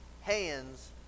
hands